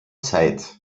zeit